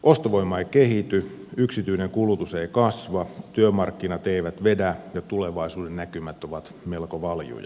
ostovoima ei kehity yksityinen kulutus ei kasva työmarkkinat eivät vedä ja tulevaisuudennäkymät ovat melko valjuja